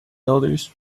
elders